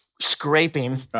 Scraping